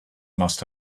must